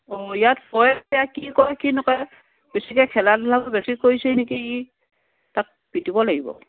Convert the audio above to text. অ ইয়াত কয় এতিয়া কি কয় কি নকয় বেছিকৈ খেলা ধূলাটো বেছি কৰিছে নেকি ই তাক পিটিব লাগিব